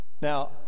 Now